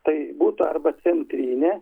tai būtų arba centrinė